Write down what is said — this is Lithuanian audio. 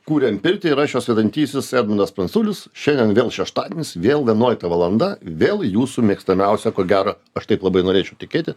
kuriam pirtį ir aš jos vedantysis edmundas pranculis šiandien vėl šeštadienis vėl vienuolikta valanda vėl jūsų mėgstamiausia ko gero aš taip labai norėčiau tikėti